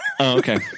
okay